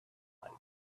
like